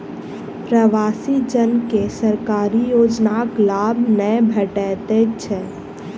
प्रवासी जन के सरकारी योजनाक लाभ नै भेटैत छै